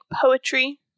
poetry